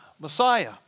Messiah